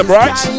right